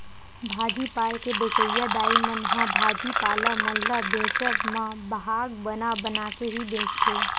भाजी पाल के बेंचइया दाई मन ह भाजी पाला मन ल बेंचब म भाग बना बना के ही बेंचथे